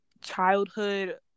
childhood